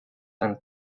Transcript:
and